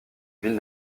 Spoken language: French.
ville